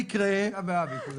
עו"ד זנדברג בדרכו לשוב